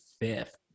fifth